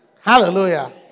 Hallelujah